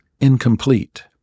incomplete